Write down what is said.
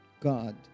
God